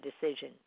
decision